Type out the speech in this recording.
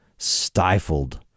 stifled